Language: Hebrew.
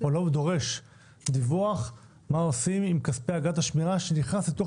לא דורש דיווח מה עושים עם כספי אגרת השמירה שנכנסת לתוך